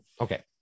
okay